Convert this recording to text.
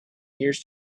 years